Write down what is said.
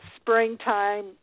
springtime